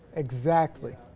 exactly!